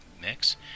mix